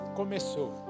começou